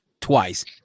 twice